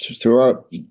throughout